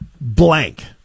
blank